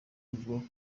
uvuga